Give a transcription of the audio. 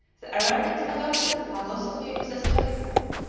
the arabians adopted the philosophy of the stagirite,